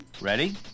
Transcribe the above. Ready